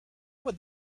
would